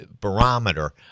barometer